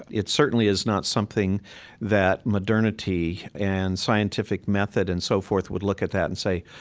it certainly is not something that modernity and scientific method and so forth would look at that and say,